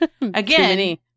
Again